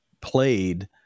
played